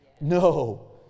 No